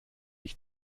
ich